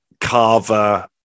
carver